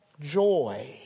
joy